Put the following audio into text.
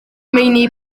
meini